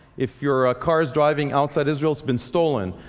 if your ah car is driving outside israel it's been stolen.